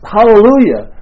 Hallelujah